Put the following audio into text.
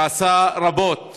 שעשה רבות